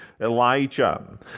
Elijah